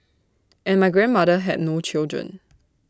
and my grandmother had no children